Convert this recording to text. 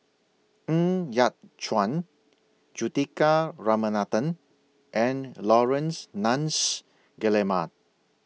Ng Yat Chuan Juthika Ramanathan and Laurence Nunns Guillemard